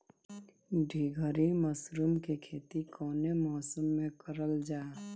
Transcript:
ढीघरी मशरूम के खेती कवने मौसम में करल जा?